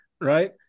right